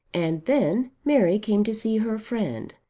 and then mary came to see her friend,